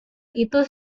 itu